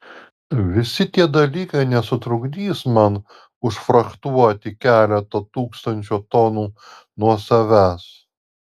visi tie dalykai nesutrukdys man užfrachtuoti keleto tūkstančio tonų nuo savęs